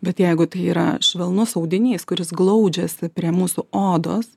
bet jeigu tai yra švelnus audinys kuris glaudžiasi prie mūsų odos